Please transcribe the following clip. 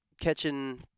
catching